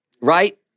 right